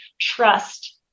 trust